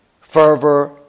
fervor